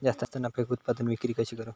जास्त नफ्याक उत्पादन विक्री कशी करू?